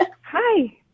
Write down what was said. Hi